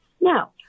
Now